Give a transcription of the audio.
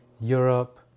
Europe